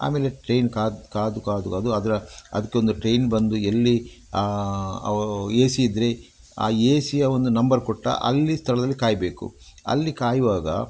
ಆಮೇಲೆ ಟ್ರೈನ್ ಕಾದು ಕಾದು ಕಾದು ಅದು ಅದರ ಅದ್ಕೆ ಒಂದು ಟ್ರೈನ್ ಬಂದು ಎಲ್ಲಿ ಎ ಸಿ ಇದ್ದರೆ ಆ ಎ ಸಿಯ ಒಂದು ನಂಬರ್ ಕೊಟ್ಟ ಅಲ್ಲಿ ಸ್ಥಳದಲ್ಲಿ ಕಾಯಬೇಕು ಅಲ್ಲಿ ಕಾಯುವಾಗ